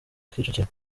kicukiro